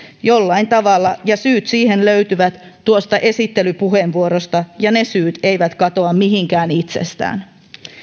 jollain tavalla ja syyt siihen löytyvät tuosta esittelypuheenvuorosta ja ne syyt eivät katoa mihinkään itsestään